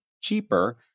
cheaper